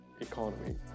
economy